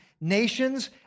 nations